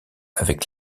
avec